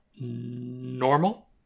normal